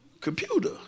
computer